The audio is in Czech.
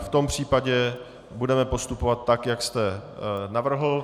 V tom případě budeme postupovat tak, jak jste navrhl.